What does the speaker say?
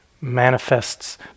manifests